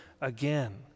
again